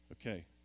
Okay